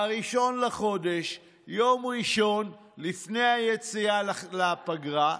ב-1 בחודש, יום ראשון, לפני היציאה לפגרה.